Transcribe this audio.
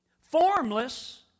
formless